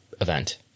event